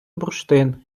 бурштин